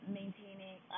maintaining